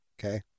okay